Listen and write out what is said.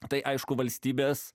tai aišku valstybės